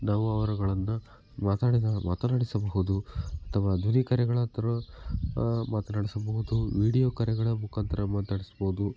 ನಾವು ಅವರುಗಳನ್ನು ಮಾತಾಡಿದ ಮಾತನಾಡಿಸಬಹುದು ಅಥವಾ ಧ್ವನಿ ಕರೆಗಳ ತ್ರು ಮಾತನಾಡಿಸಬಹುದು ವಿಡಿಯೋ ಕರೆಗಳ ಮುಖಾಂತರ ಮಾತಾಡಿಸ್ಬೋದು